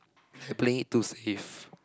you're playing it too safe